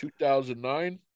2009